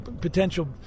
potential